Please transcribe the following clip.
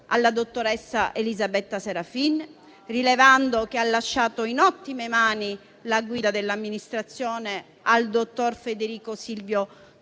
alla dottoressa Elisabetta Serafin, rilevando che ha lasciato in ottime mani la guida dell'Amministrazione al dottor Federico Silvio Toniato,